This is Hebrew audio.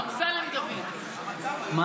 אמסלם דוד, הוא רוצה.